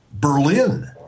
Berlin